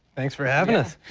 thanks for having us.